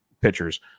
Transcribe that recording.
pitchers